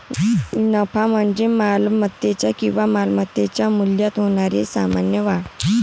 नफा म्हणजे मालमत्तेच्या किंवा मालमत्तेच्या मूल्यात होणारी सामान्य वाढ